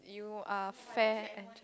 you are fat